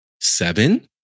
Seven